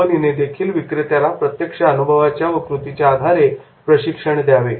कंपनीने देखील विक्रेत्याला प्रत्यक्ष अनुभवाच्या व कृतीच्या आधारे प्रशिक्षण द्यावे